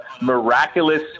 miraculous